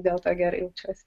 dėl to gerai jaučiuosi